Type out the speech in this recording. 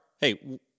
Hey